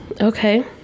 Okay